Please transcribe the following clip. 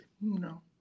No